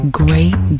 great